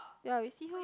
ya you see